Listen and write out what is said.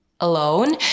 alone